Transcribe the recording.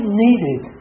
needed